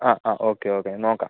ആ ആ okay okay ഞാൻ നോക്കാം